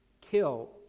kill